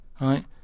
Right